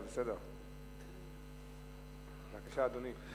בבקשה, אדוני.